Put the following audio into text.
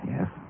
Yes